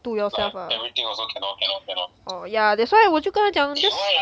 to yourself orh yeah that's why 我就跟她讲